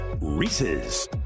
Reese's